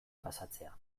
pasatzea